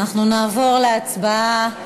אנחנו נעבור להצבעה.